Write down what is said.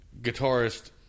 guitarist